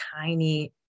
tiny